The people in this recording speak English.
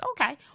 Okay